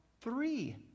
three